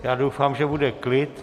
Já doufám, že bude klid.